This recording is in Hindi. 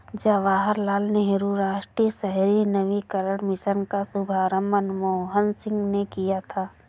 जवाहर लाल नेहरू राष्ट्रीय शहरी नवीकरण मिशन का शुभारम्भ मनमोहन सिंह ने किया था